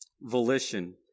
Volition